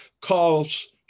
calls